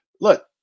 Look